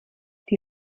die